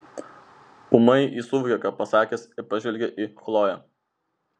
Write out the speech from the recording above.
ūmai jis suvokė ką pasakęs ir pažvelgė į chloję